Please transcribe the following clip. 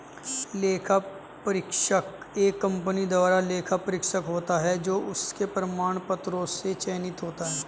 लेखा परीक्षक एक कंपनी द्वारा लेखा परीक्षक होता है जो उसके प्रमाण पत्रों से चयनित होता है